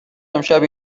امشب